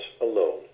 alone